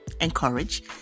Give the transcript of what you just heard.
encourage